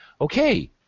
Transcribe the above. okay